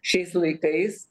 šiais laikais